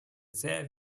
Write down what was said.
sehr